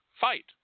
fight